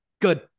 good